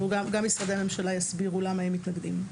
ואולי גם משרדי הממשלה יסבירו למה הם מתנגדים.